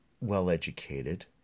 well-educated